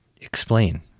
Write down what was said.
explain